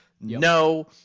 No